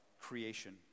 creation